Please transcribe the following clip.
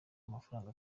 amafaranga